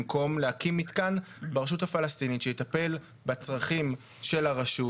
במקום להתקין מתקן ברשות הפלסטינית שיטפל בצרכים של הרשות.